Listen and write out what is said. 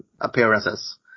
appearances